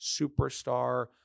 superstar